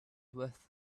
with